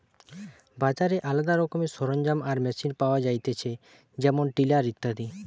বাজারে আলদা রকমের সরঞ্জাম আর মেশিন পাওয়া যায়তিছে যেমন টিলার ইত্যাদি